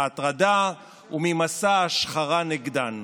מההטרדה וממסע ההשחרה נגדן.